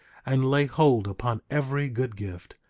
and lay hold upon every good gift,